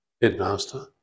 headmaster